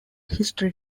history